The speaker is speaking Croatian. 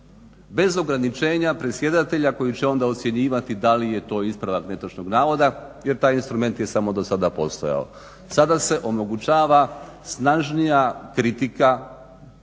bez ograničenja predsjedatelja koji će onda ocjenjivati da li je to ispravak netočnog navoda, jer taj instrument je samo do sada postojao. Sada se omogućava snažnija kritika